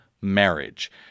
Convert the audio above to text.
marriage